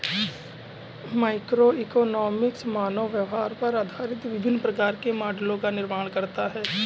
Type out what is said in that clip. microeconomics मानव व्यवहार पर आधारित विभिन्न प्रकार के मॉडलों का निर्माण करता है